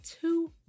two